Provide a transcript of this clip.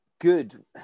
good